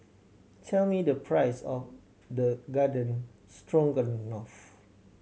tell me the price of the Garden Stroganoff